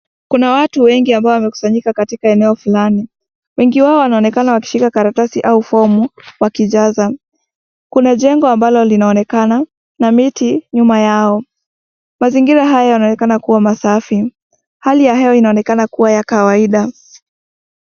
Kuna watu wengi ambao wamekusanyika katika eneo fulani, wengi wao wanaonekena wakiwa wakishika karatasi au fomu wakijaza. Kuna jengo ambalo lina onekana na miti nyuma yao, mazingira haya yanaonekana kuwa safi. Hali ya hewa inaonekana kuwa ya kawaida.